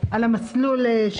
על המסלול,